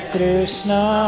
Krishna